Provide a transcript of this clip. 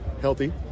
healthy